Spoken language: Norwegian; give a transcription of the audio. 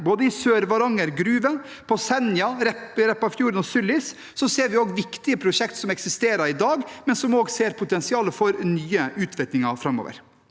Både i Sør-Varanger gruver, på Senja, ved Repparfjorden og i Sulis ser vi viktige prosjekter som eksisterer i dag, og som også ser potensialet for nye utvinninger framover.